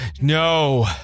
No